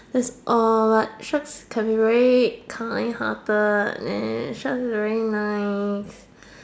that's all but sharks can be very kind hearted and sharks very nice